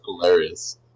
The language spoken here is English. hilarious